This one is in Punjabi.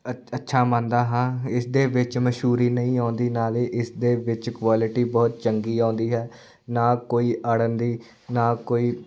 ਅ ਅੱਛਾ ਮੰਨਦਾ ਹਾਂ ਇਸਦੇ ਵਿੱਚ ਮਸ਼ਹੂਰੀ ਨਹੀਂ ਆਉਂਦੀ ਨਾਲੇ ਇਸਦੇ ਵਿੱਚ ਕੁਆਲਿਟੀ ਬਹੁਤ ਚੰਗੀ ਆਉਂਦੀ ਹੈ ਨਾ ਕੋਈ ਅੜਨ ਦੀ ਨਾ ਕੋਈ